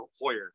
Hoyer